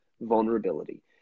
vulnerability